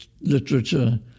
literature